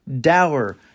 Dower